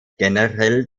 generell